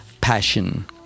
passion